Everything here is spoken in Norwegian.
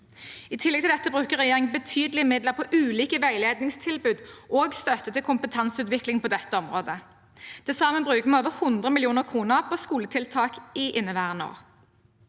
I tillegg til dette bruker regjeringen betydelige midler på ulike veiledningstilbud og støtte til kompetanseutvikling på dette området. Til sammen bruker vi over 100 mill. kr på skoletiltak i inneværende år.